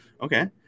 Okay